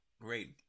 great